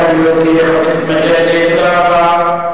חבר הכנסת מג'אדלה,